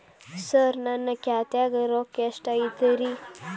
ಸರ ನನ್ನ ಖಾತ್ಯಾಗ ರೊಕ್ಕ ಎಷ್ಟು ಐತಿರಿ?